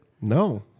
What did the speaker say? No